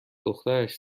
دخترش